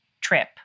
trip